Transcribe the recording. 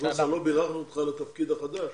לא בירכנו אותך על התפקיד החדש.